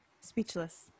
Speechless